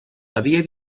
havia